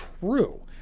true